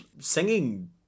singing